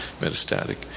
metastatic